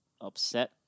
upset